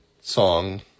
song